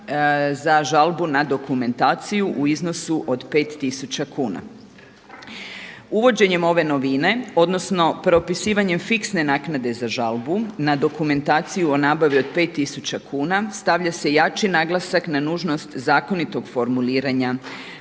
za žalbu na dokumentaciju u iznosu od pet tisuća kuna. Uvođenjem ove novine odnosno propisivanjem fiksne naknade za žalbu na dokumentaciju o nabavi od pet tisuća kuna, stavlja se jači naglasak na nužnost zakonitog formuliranja